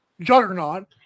juggernaut